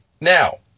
Now